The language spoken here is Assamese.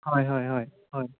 হয় হয় হয়